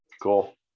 Cool